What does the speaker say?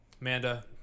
amanda